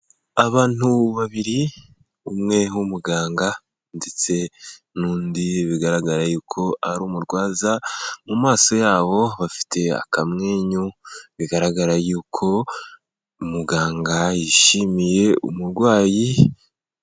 Abantu babiri umwe w'umuganga ndetse n'undi bigaragara yuko ari umurwaza, mu maso yabo bafite akamwenyu bigaragara yuko muganga yishimiye umurwayi.